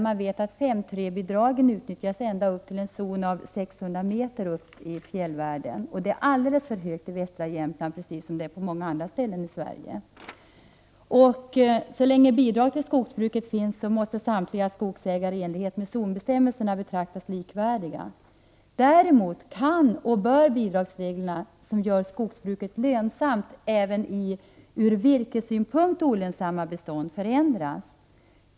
Man vet att där utnyttjas 5:3-bidraget i en zon på 600 m upp i fjällvärlden. Det är alldeles för högt i västra Jämtland, precis som det är på många andra ställen i Sverige. Så länge bidrag till skogsbruket finns måste samtliga skogsägare i enlighet med zonbestämmelserna betraktas som likvärdiga. Däremot kan och bör bidragen som gör skogsbruket lönsamt även i ur virkessynpunkt olönsamma bestånd förändras.